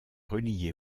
reliée